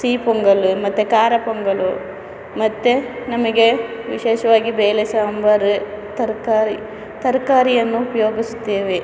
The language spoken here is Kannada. ಸಿಹಿ ಪೊಂಗಲ್ ಮತ್ತು ಖಾರ ಪೊಂಗಲು ಮತ್ತೆ ನಮಗೆ ವಿಶೇಷವಾಗಿ ಬೇಳೆ ಸಾಂಬಾರು ತರಕಾರಿ ತರಕಾರಿಯನ್ನು ಉಪಯೋಗಿಸ್ತೇವೆ